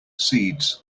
seeds